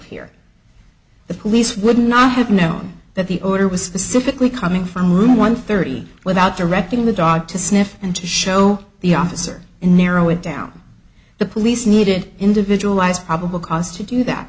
here the police would not have known that the order was specifically coming from room one thirty without directing the dog to sniff and to show the officer and narrow it down the police needed individual eyes probable cause to do that